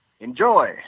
Enjoy